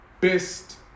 best